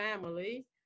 family